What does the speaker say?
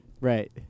Right